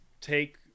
take